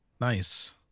Nice